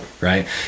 right